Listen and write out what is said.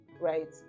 right